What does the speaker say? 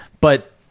But-